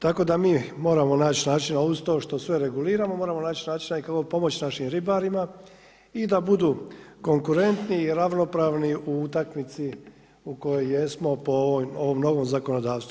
Tako da mi moramo naći načina uz to što sve reguliramo, moramo naći načina i kako pomoći našim ribarima i da budu konkurentni, ravnopravni u utakmici u kojoj jesmo po ovom novom zakonodavstvu.